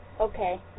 Okay